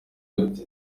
gute